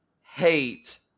hate